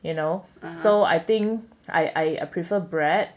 you know so I think I I prefer bread